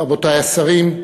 רבותי השרים,